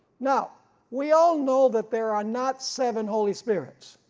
now we all know that there are not seven holy spirits,